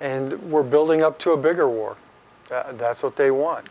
and we're building up to a bigger war that's what they want